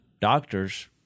doctors